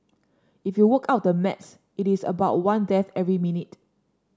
if you work out the maths it is about one death every minute